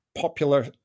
popular